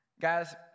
Guys